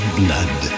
blood